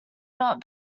not